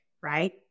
right